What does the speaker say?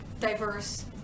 diverse